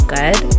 good